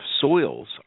soils